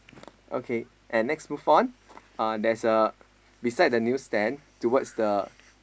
okay and next move on uh there's a beside the new stand towards the